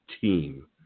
team